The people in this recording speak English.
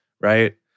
Right